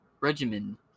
regimen